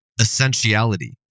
essentiality